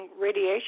radiation